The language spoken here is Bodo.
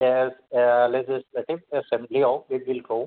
लेजिस्लेतिभ एसेमब्लियाव बे बिलखौ